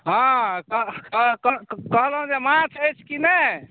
हाँ क कह कह कहलहुँ जे माछ अछि कि नहि